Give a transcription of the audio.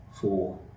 four